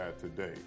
today